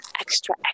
extra